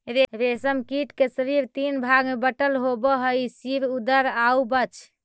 रेशम कीट के शरीर तीन भाग में बटल होवऽ हइ सिर, उदर आउ वक्ष